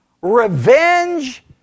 revenge